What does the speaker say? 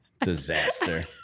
disaster